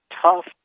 tough